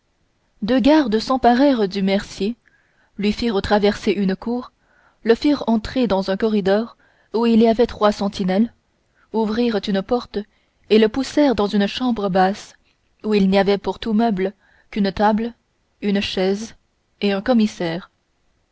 deux gardes s'emparèrent du mercier lui firent traverser une cour le firent entrer dans un corridor où il y avait trois sentinelles ouvrirent une porte et le poussèrent dans une chambre basse où il n'y avait pour tous meubles qu'une table une chaise et un commissaire